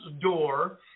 door